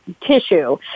tissue